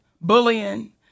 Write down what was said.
bullying—